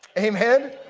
amen?